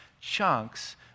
chunks